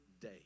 day